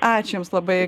ačiū jums labai